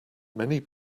many